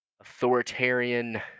authoritarian